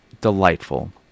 delightful